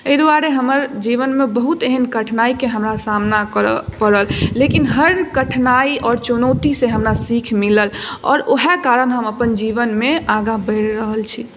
एहि द्वारे हमर जीवनमे बहुत एहन कठिनाइके हमरा सामना करय पड़ल लेकिन हर कठिनाइ आओर चुनौतीसँ हमरा सीख मिलल आओर ओएह कारण हम अपन जीवनमे आगाँ बढ़ि रहल छी